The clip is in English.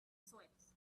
sweat